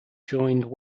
joined